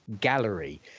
gallery